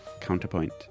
Counterpoint